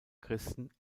christen